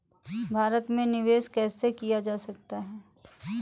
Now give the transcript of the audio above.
भारत में निवेश कैसे किया जा सकता है?